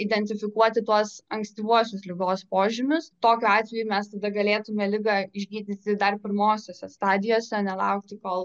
identifikuoti tuos ankstyvuosius ligos požymius tokiu atveju mes tada galėtume ligą išgydyti dar pirmosiose stadijose nelaukti kol